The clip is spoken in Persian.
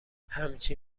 همچی